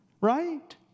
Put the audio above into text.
right